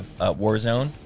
Warzone